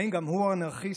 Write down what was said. האם גם הוא אנרכיסט?